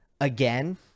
again